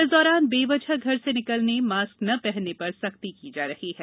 इस दौरान वेवजह घर से निकलने मास्क न पहनने पर सख्ती की जा रही है